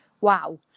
wow